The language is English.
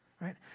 right